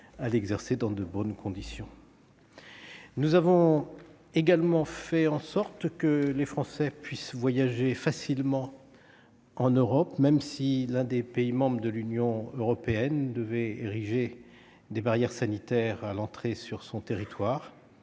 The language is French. à l'exercer dans de bonnes conditions. Nous avons également fait en sorte que les Français puissent voyager facilement en Europe. Et si l'un des pays membres de l'Union européenne devait ériger des barrières sanitaires à l'entrée de son territoire,